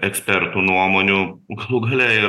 ekspertų nuomonių galų gale ir